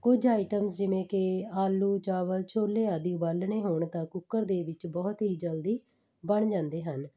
ਕੁਝ ਆਈਟਮਸ ਜਿਵੇਂ ਕਿ ਆਲੂ ਚਾਵਲ ਛੋਲੇ ਆਦਿ ਉਬਾਲਣੇ ਹੋਣ ਤਾਂ ਕੁੱਕਰ ਦੇ ਵਿੱਚ ਬਹੁਤ ਹੀ ਜਲਦੀ ਬਣ ਜਾਂਦੇ ਹਨ